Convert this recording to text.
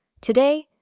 Today